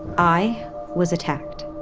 i was attacked.